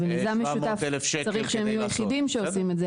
במיזם משותף צריך שהם יהיו היחידים שעושים את זה,